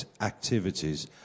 activities